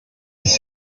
ist